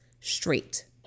straight